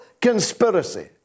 conspiracy